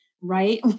right